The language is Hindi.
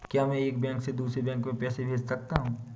क्या मैं एक बैंक से दूसरे बैंक में पैसे भेज सकता हूँ?